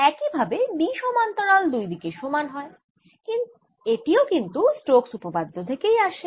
একই ভাবে B সমান্তরাল দুই দিকে সমান হয় এটিও কিন্তু স্টোক্স উপপাদ্য থেকেই আসে